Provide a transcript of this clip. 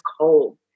cold